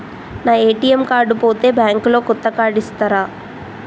నా ATM card పోతే bank లో కొత్త కార్డు ఇస్తరా?